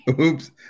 Oops